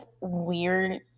weird